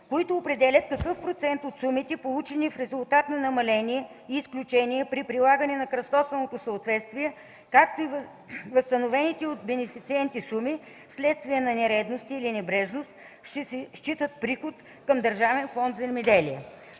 които определят какъв процент от сумите, получени в резултат на намаления и изключения, при прилагане на кръстосаното съответствие, както и възстановените от бенефициенти суми, вследствие на нередности или небрежност, ще се считат за приход на Държавен фонд „Земеделие”.